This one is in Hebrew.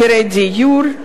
מחירי הדיור,